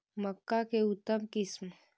मक्का के उतम किस्म?